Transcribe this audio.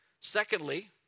Secondly